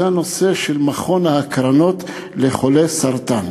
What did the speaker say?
זה הנושא של מכון ההקרנות לחולי סרטן.